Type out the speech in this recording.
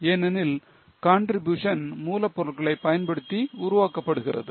ஏனெனில் contribution மூலப் பொருளைப் பயன்படுத்தி உருவாக்கப்படுகிறது